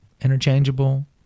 interchangeable